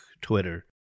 Twitter